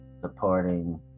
supporting